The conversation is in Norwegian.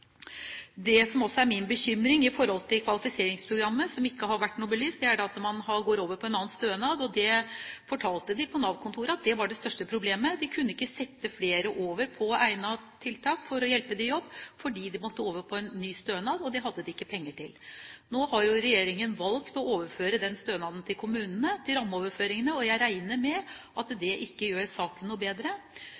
Det som også er min bekymring i forhold til kvalifiseringsprogrammet, som ikke har vært noe belyst, er at de som deltar, går over på en annen stønad. Det fortalte ansatte på Nav-kontoret var det største problemet. De kunne ikke sette flere over på egnet tiltak for å hjelpe dem i jobb, fordi deltakerne måtte over på en ny stønad, og det hadde ikke Nav penger til. Nå har regjeringen valgt å overføre kvalifiseringsstønaden til kommunene – til rammeoverføringene – og jeg regner med at